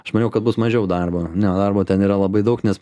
aš maniau kad bus mažiau darbo darbo ten yra labai daug nes